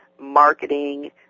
marketing